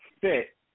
fit